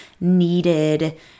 needed